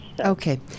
Okay